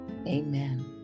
Amen